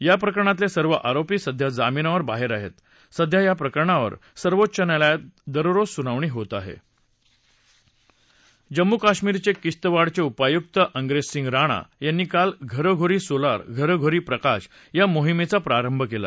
ग्रा प्रकरणातलसिर्व आरोपी सध्या जामिनावर बाह्य आहता सध्या या प्रकरणावर सर्वोच्च न्यायालयात दररोज सुनावणी सुरु आहात जम्मू कश्मीरमधे किश्तवाडचे उपायुक्त अग्रेजसिंग राणा यांनी काल घरो घरी सोलर घरो घरी प्रकाश या मोहिमेचा प्रारंभ केला